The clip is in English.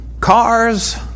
Cars